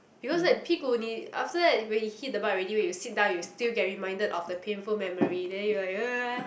because like 屁股你 after that when he hit the butt already you sit down you still can reminded of the painful memory that you'll like